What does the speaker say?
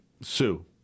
sue